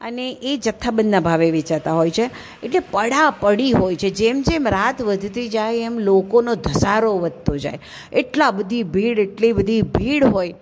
અને એ જથ્થાબંધના ભાવે વેચાતા હોય છે એટલે પડાપડી હોય છે જેમ જેમ રાત વધતી જાય એમ લોકોનો ધસારો વધતો જાય એટલા બધી ભીડ એટલી બધી ભીડ હોય